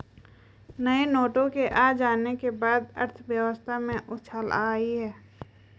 नए नोटों के आ जाने के बाद अर्थव्यवस्था में उछाल आयी है